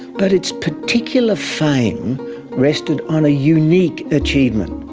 but its particular fame rested on a unique achievement.